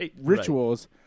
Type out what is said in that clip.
rituals